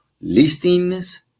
listings